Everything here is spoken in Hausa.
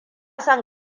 son